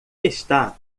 está